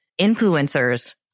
influencers